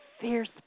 fierce